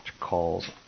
calls